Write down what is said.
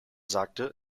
sagte